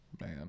Man